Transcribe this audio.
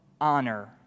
honor